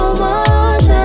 motion